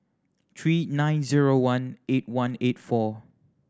three nine zero one eight one eight four